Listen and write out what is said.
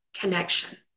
connection